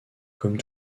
comme